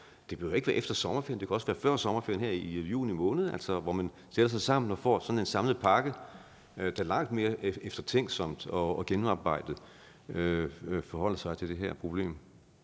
det kan også være før sommerferien, altså her i juni måned – og få lavet sådan en samlet pakke, der langt mere eftertænksomt og gennemarbejdet forholder sig til det her problem?